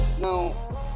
now